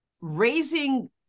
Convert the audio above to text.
raising